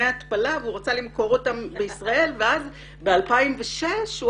התפלה והוא רצה למכור אותם לישראל ואז ב-2006 הוא